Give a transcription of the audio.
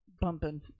bumping